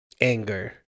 anger